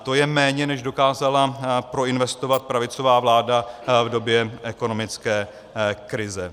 To je méně, než dokázala proinvestovat pravicová vláda v době ekonomické krize.